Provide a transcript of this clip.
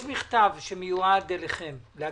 יש הבדל בין דיונים שעוסקים בסוגיה ספציפית ובין דיונים מערכתיים